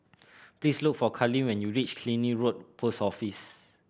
please look for Carleen when you reach Killiney Road Post Office